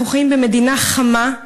אנחנו חיים במדינה חמה.